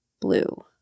Blue